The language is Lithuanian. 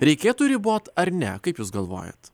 reikėtų ribot ar ne kaip jūs galvojat